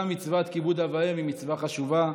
גם מצוות כיבוד אב ואם היא מצווה חשובה.